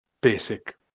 basic